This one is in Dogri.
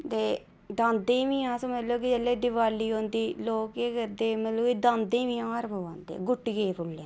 ते दांदें बी मतलब कि जेल्लै दिवाली होंदी लोक केह् करदे मतलब कि दांदें बी हार पुआंदे गुट्टियें फुल्लें दे